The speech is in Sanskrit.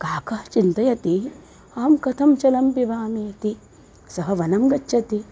काकः चिन्तयति अहं कथं जलं पिबामि इति सः वनं गच्छति